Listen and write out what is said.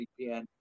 VPN